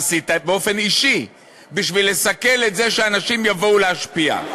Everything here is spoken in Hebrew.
מה עשית באופן אישי בשביל לסכל את זה שאנשים יבואו להשפיע.